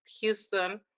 Houston